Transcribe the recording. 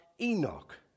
Enoch